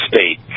state